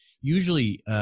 usually